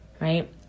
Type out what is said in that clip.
right